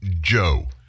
Joe